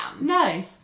No